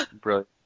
Brilliant